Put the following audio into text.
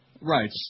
Right